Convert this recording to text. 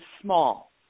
small